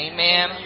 Amen